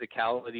physicality